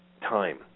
time